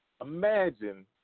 Imagine